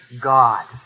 God